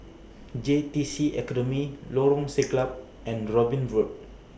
J T C Academy Lorong Siglap and Robin Road